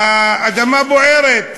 האדמה בוערת,